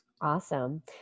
Awesome